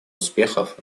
успехов